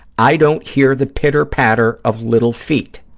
i don't hear the pitter-patter of little feet.